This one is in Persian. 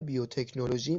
بیوتکنولوژی